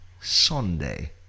sunday